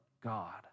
God